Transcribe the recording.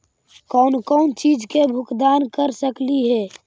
कौन कौन चिज के भुगतान कर सकली हे?